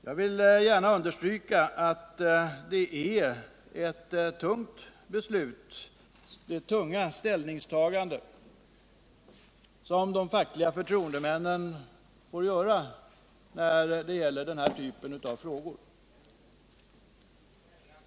Jag vill gärna understryka att det är tunga ställningstaganden de fackliga förtroendemännen får göra när det gäller denna typ av frågor.